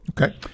Okay